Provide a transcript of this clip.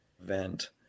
event